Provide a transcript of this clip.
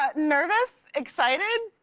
ah nervous, excited.